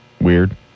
Weird